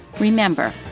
Remember